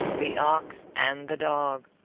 the ox, and the dog